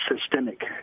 systemic